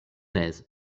aise